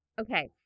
okay